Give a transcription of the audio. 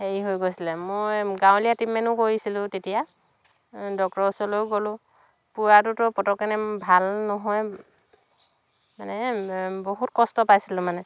হেৰি হৈ গৈছিলে মই গাঁৱলীয়া ট্ৰিটমেনো কৰিছিলোঁ তেতিয়া ডক্টৰৰ ওচৰলৈও গ'লোঁ পোৰাটোতো পতককেনে ভাল নহয় মানে বহুত কষ্ট পাইছিলোঁ মানে